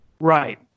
Right